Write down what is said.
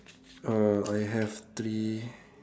uh I have three